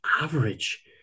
average